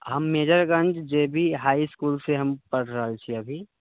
हम Mirarganj J B high स्कूलसँ हम पढ़ि रहल छी अभी